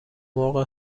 مرغ